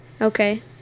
okay